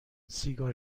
سیگار